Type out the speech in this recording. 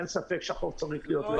אין ספק שהחוק צריך להיות נגדו.